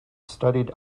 studied